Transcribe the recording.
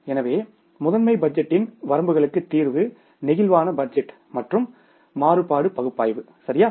எனவே முதன்மை பட்ஜெட்டின் வரம்புகளுக்கு தீர்வு பிளேக்சிபிள் பட்ஜெட் மற்றும் மாறுபாடு பகுப்பாய்வு சரியா